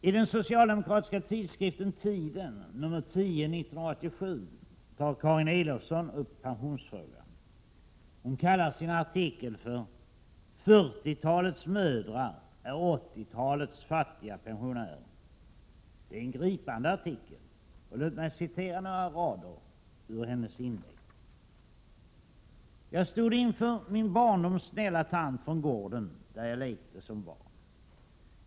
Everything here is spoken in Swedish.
I den socialdemokratiska tidskriften Tiden, nr 10 år 1987, tar Carin Elofsson upp pensionsfrågan. Hon kallar sin artikel för ”40-talets mödrar är 80-talets fattiga pensionärer”. Det är en gripande artikel, och låt mig citera några rader ur hennes inlägg: ”Jag stod inför min barndoms snälla tant från gården där jag lekte som barn.